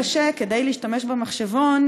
אלא שכדי להשתמש במחשבון,